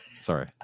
sorry